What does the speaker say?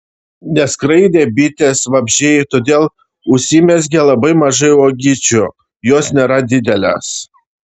neskraidė bitės vabzdžiai todėl užsimezgė labai mažai uogyčių jos nėra didelės